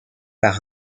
par